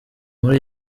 nkuru